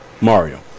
Mario